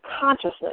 consciousness